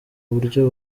uburyo